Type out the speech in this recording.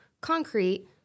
concrete